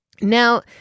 Now –